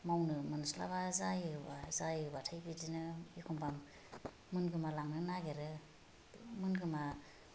मावनो मोनस्लाबा जायोबाथाय बिदिनो एखम्बा मोनगोमालांनो नागिरो मोनगोमा